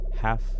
half